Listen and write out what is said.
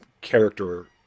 character